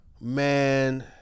man